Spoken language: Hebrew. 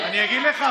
אני אגיד לך,